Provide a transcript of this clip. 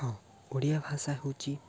ହଁ ଓଡ଼ିଆ ଭାଷା ହେଉଛି